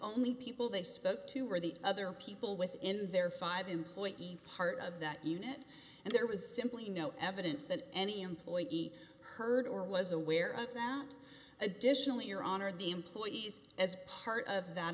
only people they spoke to were the other people within their five employee part of that unit and there was simply no evidence that any employee heard or was aware of them additionally or honor the employees as part of that